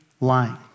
lying